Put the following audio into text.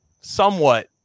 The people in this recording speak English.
somewhat